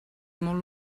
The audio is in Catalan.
molt